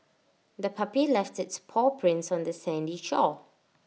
the puppy left its paw prints on the sandy shore